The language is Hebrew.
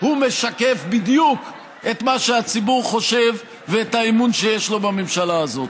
הוא משקף בדיוק את מה שהציבור חושב ואת האמון שיש לו בממשלה הזאת.